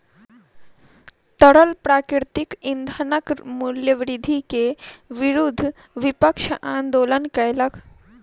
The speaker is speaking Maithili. तरल प्राकृतिक ईंधनक मूल्य वृद्धि के विरुद्ध विपक्ष आंदोलन केलक